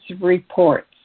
reports